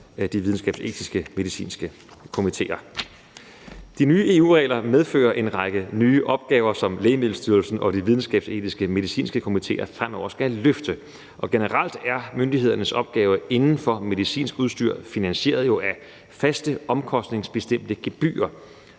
De nye EU-regler medfører en række nye opgaver, som Lægemiddelstyrelsen og de videnskabsetiske medicinske komitéer fremover skal løfte. Og generelt er myndighedernes opgave inden for medicinsk udstyr jo finansieret af faste omkostningsbestemte gebyrer.